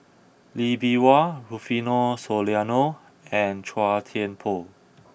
Lee Bee Wah Rufino Soliano and Chua Thian Poh